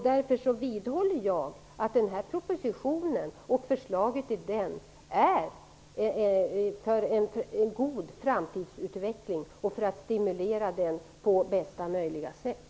Därför vidhåller jag att propositionen och förslaget i den syftar till en god framtidsutveckling och kommer att stimulera den på bästa möjliga sätt.